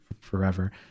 forever